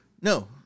No